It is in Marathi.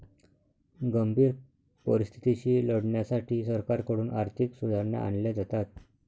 गंभीर परिस्थितीशी लढण्यासाठी सरकारकडून आर्थिक सुधारणा आणल्या जातात